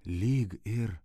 lyg ir